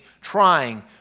trying